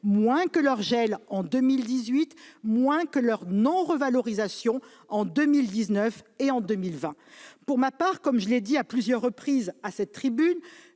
moins que leur gel en 2018, moins que leur non-revalorisation en 2019 et en 2020. Pour ma part, comme je l'ai dit à plusieurs reprises à cette tribune,